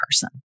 person